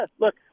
look